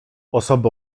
osoby